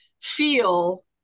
feel